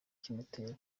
kimpoteri